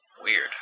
Weird